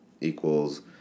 equals